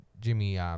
Jimmy, –